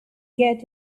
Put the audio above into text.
get